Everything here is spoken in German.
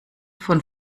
von